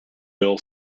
hill